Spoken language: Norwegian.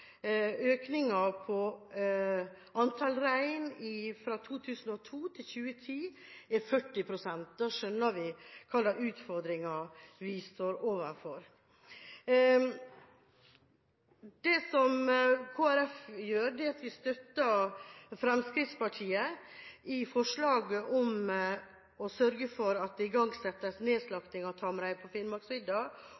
i antall rein fra 2002 til 2010 er på 40 pst. Da skjønner en hvilke utfordringer en står overfor. Kristelig Folkeparti støtter Fremskrittspartiets forslag om å sørge for at det igangsettes